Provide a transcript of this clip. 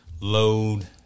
load